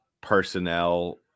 personnel